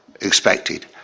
expected